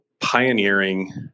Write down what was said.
pioneering